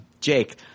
Jake